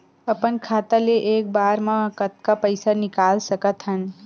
अपन खाता ले एक बार मा कतका पईसा निकाल सकत हन?